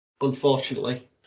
Unfortunately